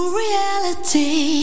reality